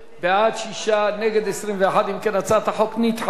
בעד, 6, נגד, 21. אם כן, הצעת החוק נדחתה.